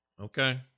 Okay